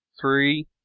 three